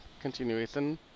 continuation